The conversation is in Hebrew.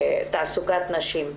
תעסוקת נשים.